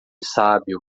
sábio